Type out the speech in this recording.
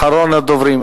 אחרון הדוברים.